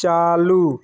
चालू